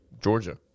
Georgia